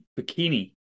bikini